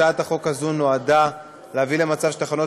הצעת החוק הזאת נועדה להביא למצב שתחנת